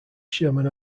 sherman